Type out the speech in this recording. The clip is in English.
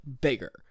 bigger